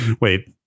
wait